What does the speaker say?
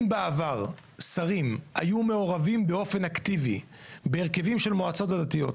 אם בעבר שרים היו מעורבים באופן אקטיבי בהרכבים של המועצות הדתיות,